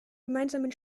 gemeinsamen